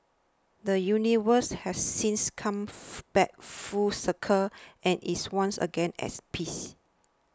the universe has since come back full circle and is once again as peace